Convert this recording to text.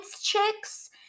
chicks